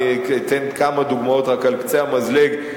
אני אתן כמה דוגמאות רק על קצה המזלג,